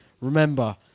Remember